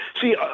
See